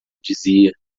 dizia